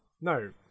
no